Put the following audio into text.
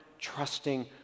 trusting